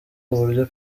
uburyo